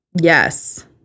Yes